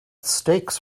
stakes